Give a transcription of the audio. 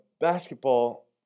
basketball